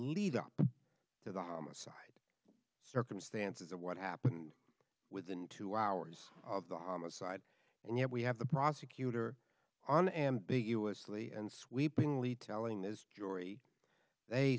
lead up to the homicide circumstances of what happened within two hours of the homicide and yet we have the prosecutor on ambiguously and sweepingly telling this jury they